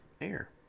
air